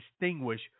distinguish